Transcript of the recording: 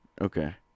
Okay